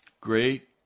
Great